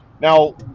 Now